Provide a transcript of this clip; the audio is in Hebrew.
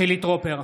חילי טרופר,